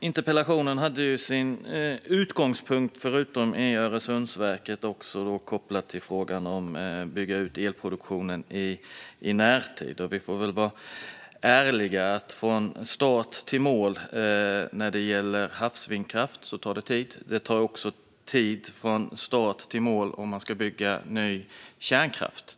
Herr talman! Förutom Öresundsverket hade interpellationen sin utgångspunkt i frågan om att bygga ut produktionen i närtid. Vi får vara ärliga med att det från start till mål tar tid med havsvindkraft. Det tar också tid från start till mål att bygga ny kärnkraft.